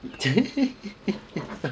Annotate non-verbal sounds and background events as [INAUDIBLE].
[LAUGHS]